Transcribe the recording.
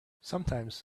sometimes